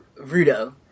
Rudo